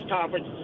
conference